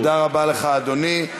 תודה רבה לך, אדוני.